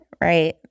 right